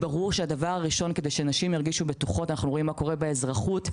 אנחנו רואים מה קורה באזרחות,